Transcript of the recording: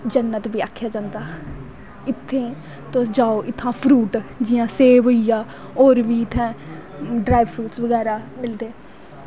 जन्नत बी आक्खेआ जंदा इत्थें तुस जाओ इत्थें दा फ्रूट जियां सेव होईया होर बी इत्थें ड्राई फ्रूड़स बगैरा मिलदे